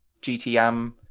GTM